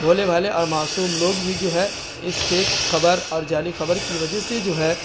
بھولے بھالے اور معصوم لوگ بھی جو ہے اس فیک خبر اور جعلی خبر کی وجہ سے جو ہے